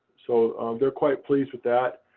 so they're quite pleased with that.